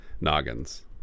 noggins